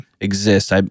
exist